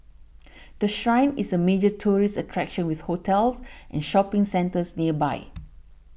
the Shrine is a major tourist attraction with hotels and shopping centres nearby